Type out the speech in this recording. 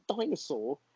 dinosaur